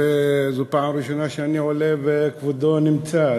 זו הפעם הראשונה שאני עולה וכבודו נמצא,